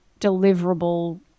deliverable